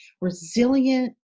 resilient